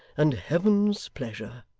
and heaven's pleasure